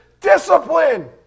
Discipline